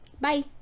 bye